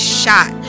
shot